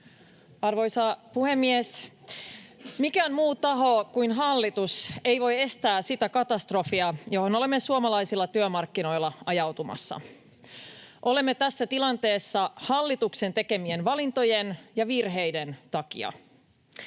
Arvoisa puhemies! Mikään muu taho kuin hallitus ei voi estää sitä katastrofia, johon olemme suomalaisilla työmarkkinoilla ajautumassa. Olemme tässä tilanteessa hallituksen tekemien valintojen ja virheiden takia.